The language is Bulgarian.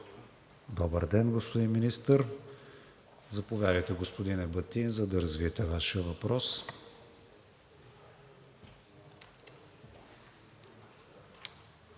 Добър ден, господин Министър. Заповядайте, господин Ебатин, за да развиете Вашия въпрос.